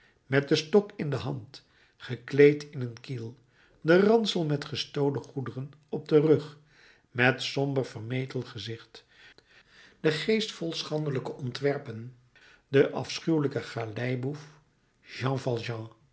met den stok in de hand gekleed in een kiel den ransel met gestolen goederen op den rug met somber vermetel gezicht den geest vol schandelijke ontwerpen den afschuwelijken galeiboef jean